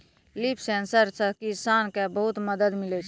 लिफ sensor से किसान के बहुत मदद मिलै छै